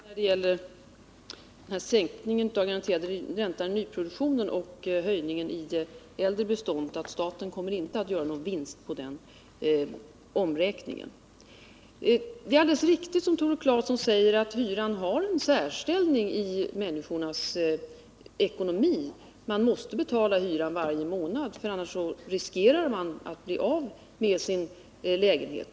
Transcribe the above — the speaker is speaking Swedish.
Herr talman! När det gäller sänkningen av den garanterade räntan i nyproduktionen och höjningen i fråga om det äldre beståndet vill jag bara säga att staten inte kommer att göra någon vinst på denna omräkning. Det är riktigt när Tore Claeson säger att hyran har en särställning i människors ekonomi; man måste betala sin hyra varje månad, eftersom man annars riskerar att bli av med sin lägenhet.